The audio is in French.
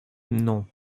non